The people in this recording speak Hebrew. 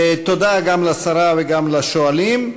תודה לשרה וגם לשואלים.